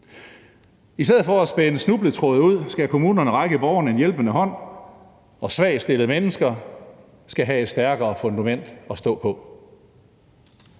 I stedet for at spænde snubletråde ud skal kommunerne række borgerne en hjælpende hånd, og svagt stillede mennesker skal have et stærkere fundament at stå på.